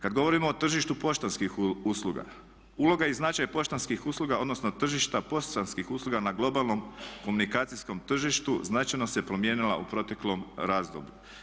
Kada govorimo o tržištu poštanskih usluga, uloga i značaj poštanskih usluga, odnosno tržišta poštanskih usluga na globalnom komunikacijskom tržištu značajno se promijenila u proteklom razdoblju.